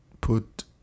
put